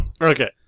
Okay